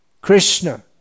Krishna